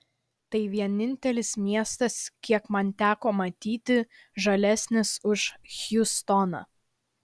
tai vienintelis miestas kiek man teko matyti žalesnis už hjustoną